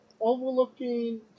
overlooking